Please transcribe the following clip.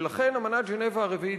ולכן אמנת ז'נבה הרביעית,